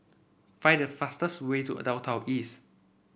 find the fastest way to Downtown East